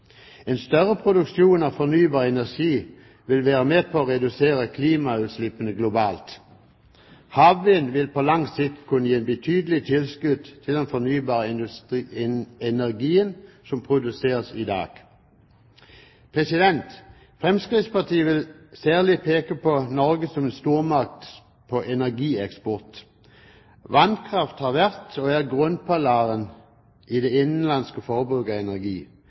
En større produksjon av fornybar energi vil være med på å redusere klimautslippene globalt. Havvind vil på lang sikt kunne gi et betydelig tilskudd til den fornybare energien som produseres i dag. Fremskrittspartiet vil særlig peke på Norge som en stormakt på energieksport. Vannkraft har vært og er grunnpilaren i det innenlandske forbruket av energi,